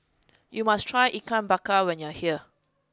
you must try ikan bakar when you are here